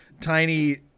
tiny